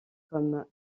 comme